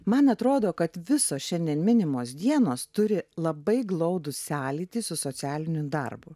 man atrodo kad visos šiandien minimos dienos turi labai glaudų sąlytį su socialiniu darbu